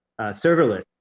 serverless